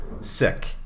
sick